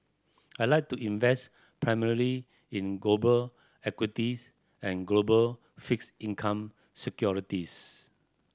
I like to invest primarily in global equities and global fixed income securities